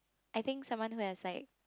I think someone who has like